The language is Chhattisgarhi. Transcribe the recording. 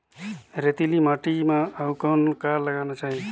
रेतीली माटी म अउ कौन का लगाना चाही?